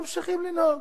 ממשיכים לנהוג.